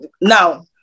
now